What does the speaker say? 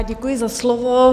Děkuji za slovo.